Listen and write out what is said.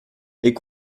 est